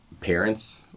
parents